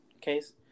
case